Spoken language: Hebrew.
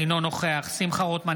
אינו נוכח שמחה רוטמן,